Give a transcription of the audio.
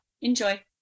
Enjoy